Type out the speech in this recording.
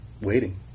waiting